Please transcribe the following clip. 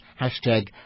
hashtag